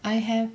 I have